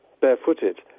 barefooted